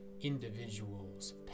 individuals